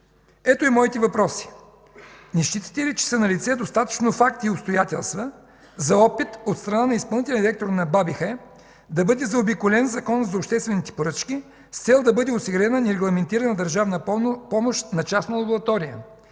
Ето и моите въпроси: Не считате ли, че са налице достатъчно факта и обстоятелства за опит от страна на изпълнителния директор на БАБХ да бъде заобиколен Законът за обществените поръчки с цел да бъде осигурена нерегламентирана държавна помощ на частна лаборатория?